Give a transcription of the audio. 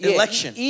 election